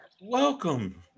welcome